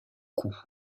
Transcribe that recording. coup